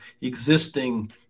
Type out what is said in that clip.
existing